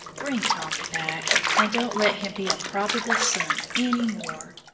bring tommy back, and don't let him be a probable son any more.